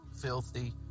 filthy